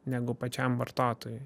negu pačiam vartotojui